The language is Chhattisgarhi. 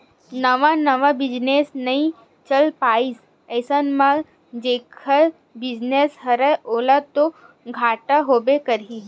नवा नवा बिजनेस नइ चल पाइस अइसन म जेखर बिजनेस हरय ओला तो घाटा होबे करही